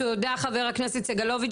תודה חבר הכנסת סגלוביץ',